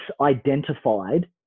identified